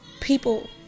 People